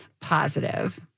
positive